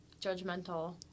judgmental